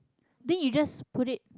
then you just put it